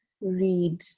read